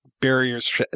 barriers